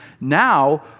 now